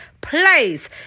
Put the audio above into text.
place